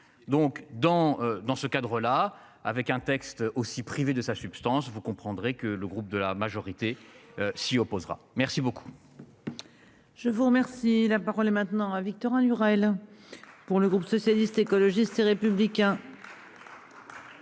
dans, dans ce cadre-là, avec un texte aussi privé de sa substance. Vous comprendrez que le groupe de la majorité s'y opposera, merci beaucoup. Je vous remercie. La parole est maintenant à Victorin Lurel. Pour le groupe socialiste, écologiste et républicain.